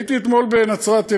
הייתי אתמול בנצרת-עילית,